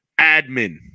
Admin